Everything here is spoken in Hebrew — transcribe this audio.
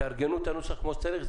ארגנו את הנוסח כמו שצריך,